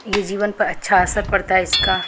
ये जीवन पर अच्छा असर पड़ता है इसका